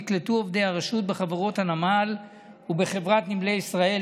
נקלטו עובדי הרשות בחברות הנמל ובחברת נמלי ישראל,